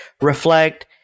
reflect